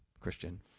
Christian